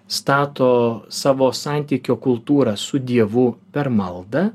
stato savo santykio kultūrą su dievu per maldą